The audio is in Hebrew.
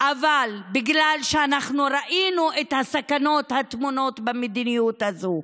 אלא בגלל שאנחנו ראינו את הסכנות הטמונות במדיניות הזאת.